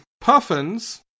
Puffins